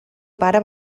pare